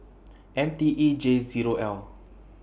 M T E J Zero L